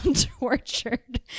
tortured